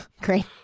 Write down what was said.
Great